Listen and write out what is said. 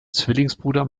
zwillingsbruder